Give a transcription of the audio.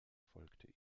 folgte